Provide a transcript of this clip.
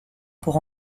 pour